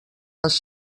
les